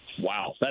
Wow